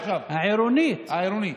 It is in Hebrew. העירונית.